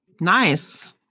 Nice